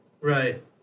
Right